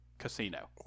casino